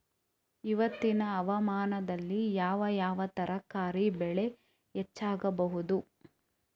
ಇವತ್ತಿನ ಹವಾಮಾನದಲ್ಲಿ ಯಾವ ಯಾವ ತರಕಾರಿ ಬೆಳೆ ಹೆಚ್ಚಾಗಬಹುದು?